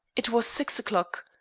it was six o'clock.